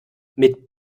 mit